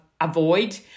avoid